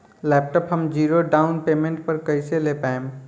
Laptop हम zero down payment पर कैसे ले पाएम?